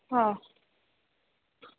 हा